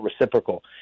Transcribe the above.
reciprocal